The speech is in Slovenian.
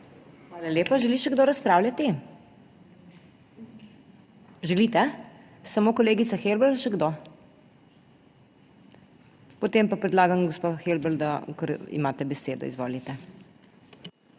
Hvala lepa. Želi še kdo razpravljati? Želite? Samo kolegica Helbl ali še kdo? Potem pa predlagam, gospa Helbl, da kar imate besedo. Izvolite.